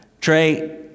Trey